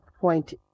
point